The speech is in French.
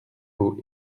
beau